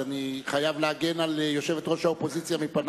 אז אני חייב להגן על יושבת-ראש האופוזיציה מפנייך.